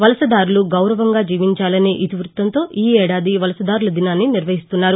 వలసదారులు గౌరవంగా జీవించాలనే ఇతివృత్తంతో ఈ ఏడాది వలసదారుల దినాన్ని నిర్వహిస్తున్నారు